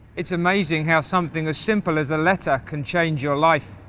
it's amazing how something as simple as a letter can change your life.